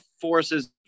forces